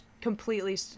completely